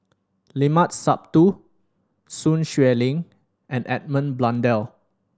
Limat Sabtu Sun Xueling and Edmund Blundell